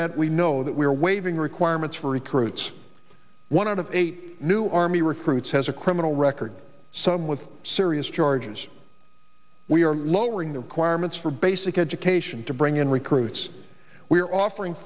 that we know that we are waiving requirements for recruits one out of eight new army recruits has a criminal record some with serious charges we are lowering the require meant for basic education to bring in recruits we are offering